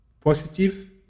Positive